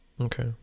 Okay